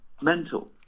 mental